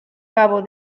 cabo